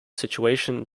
situation